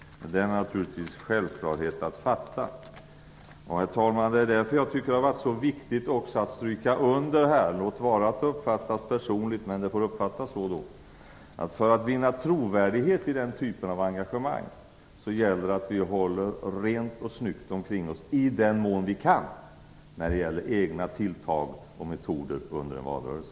Herr talman! Det är därför som jag har tyckt att det varit så viktigt att understryka - låt vara att det uppfattas personligt, men det får väl uppfattas så - att för att vinna trovärdighet vid den typen av engagemang gäller det att vi håller rent och snyggt omkring oss, i den mån vi kan, när det gäller egna tilltag och metoder under en valrörelse.